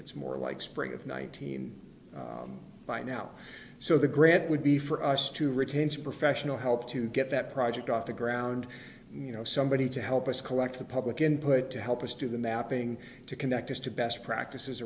it's more like spring of nineteen by now so the grant would be for us to retain some professional help to get that project off the ground you know somebody to help us collect the public input to help us do the mapping to connect us to best practices